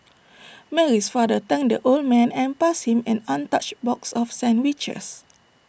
Mary's father thanked the old man and passed him an untouched box of sandwiches